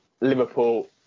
Liverpool